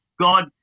God